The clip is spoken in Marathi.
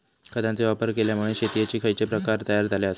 खतांचे वापर केल्यामुळे शेतीयेचे खैचे प्रकार तयार झाले आसत?